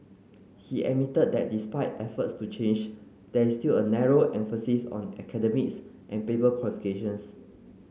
he admitted that despite efforts to change there is still a narrow emphasis on academics and paper qualifications